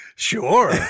Sure